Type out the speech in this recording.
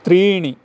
त्रीणि